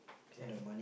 can